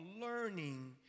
learning